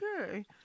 Okay